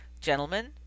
gentlemen